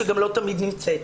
שגם לא תמיד נמצאת.